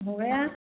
हो गया